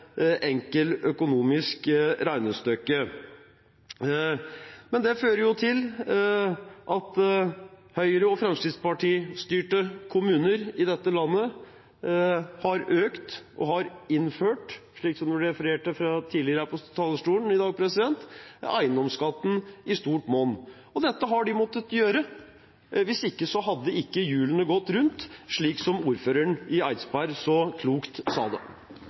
økonomisk regnestykke, men det fører jo til at Høyre- og Fremskrittsparti-styrte kommuner i dette landet har økt og har innført – slik det ble referert til her på talerstolen tidligere i dag – eiendomsskatt i stort monn. Dette har de måttet gjøre, hvis ikke hadde ikke hjulene gått rundt, slik ordføreren i Eidsberg så klokt sa det.